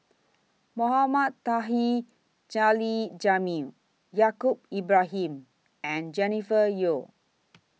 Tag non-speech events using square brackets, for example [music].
Mohamed Taha [unintelligible] Jamil Yaacob Ibrahim and Jennifer Yeo